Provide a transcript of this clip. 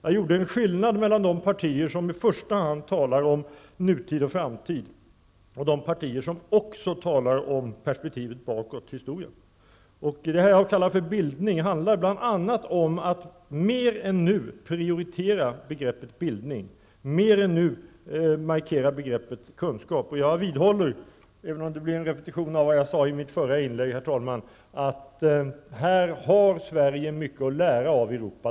Jag gjorde en skillnad i mitt anförande mellan de partier som i första hand talar om nutid och framtid och de partier som också talar om perspektivet bakåt i historien. Det som jag kallar bildning handlar bl.a. om att mer än nu prioritera begreppet bildning, mera än nu markera begreppet kunskap. Jag vidhåller, även om det, herr talman, blir en repetition av vad jag sade i mitt förra inlägg, att Sverige här har mycket att lära av det övriga Europa.